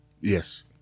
Yes